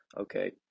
Okay